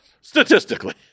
Statistically